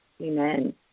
Amen